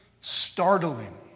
startling